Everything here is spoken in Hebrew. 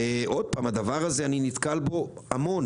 ועוד פעם, הדבר הזה אני נתקל בו המון.